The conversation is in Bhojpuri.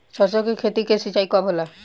सरसों की खेती के सिंचाई कब होला?